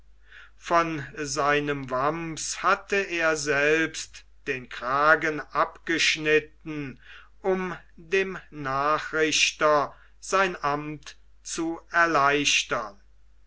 von seinem wamms hatte er selbst den kragen abgeschnitten um dem nachrichter sein amt zu erleichtern